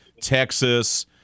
Texas